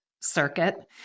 circuit